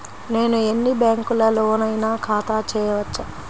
నేను ఎన్ని బ్యాంకులలోనైనా ఖాతా చేయవచ్చా?